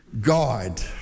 God